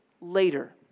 later